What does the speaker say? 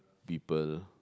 people